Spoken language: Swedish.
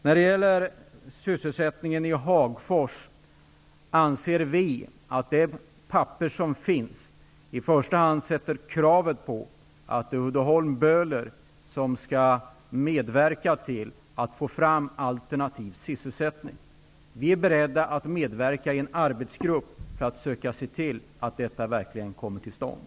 När det gäller sysselsättningen i Hagfors anser vi att det i det papper som finns, i första hand ställs krav på att Böhler--Uddeholm skall bidra till att få fram alternativ sysselsättning. Vi är beredda att medverka i en arbetsgrupp för att söka se till att detta verkligen kommer till stånd.